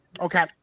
Okay